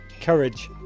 Courage